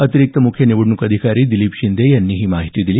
अतिरिक्त मुख्य निवडणूक अधिकारी दिलीप शिंदे यांनी ही माहिती दिली